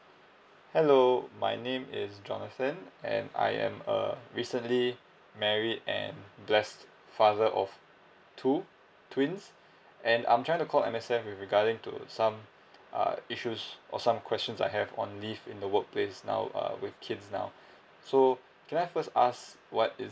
hello my name is jonathan and I am err recently married and blessed father of two twins and I'm trying to call M_S_F with regarding to some uh issues or some questions I have on leave in the workplace now uh with kids now so can I first ask what is